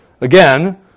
Again